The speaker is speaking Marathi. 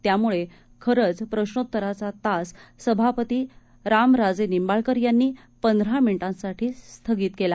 त्यामुळे खरेच प्रश्नोत्तराचा तास सभापती रामराजे निंबाळकर यांनी पंधरा मिनिटांसाठी स्थगित केला